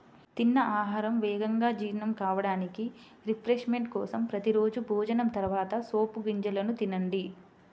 తిన్న ఆహారం వేగంగా జీర్ణం కావడానికి, రిఫ్రెష్మెంట్ కోసం ప్రతి రోజూ భోజనం తర్వాత సోపు గింజలను తినండి